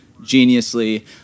geniusly